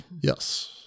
Yes